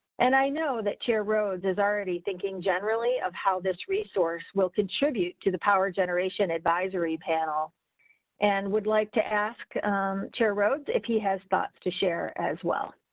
and i know that chair rhodes is already thinking generally of how this resource will contribute to the power generation advisory panel and would like to ask chair rhodes if he has thoughts to share as well.